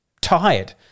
tired